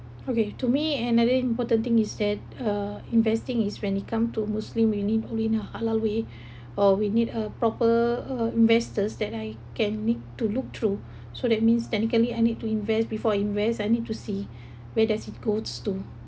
okay to me another important thing is that uh investing is when it come to muslim we need in a halal way or we need a proper uh investors that I can need to look through so that means technically I need to invest before I invest I need to see where does it goes to